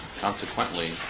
Consequently